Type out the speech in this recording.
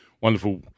wonderful